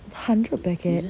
hundred packet